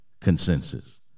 consensus